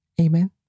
Amen